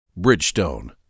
Bridgestone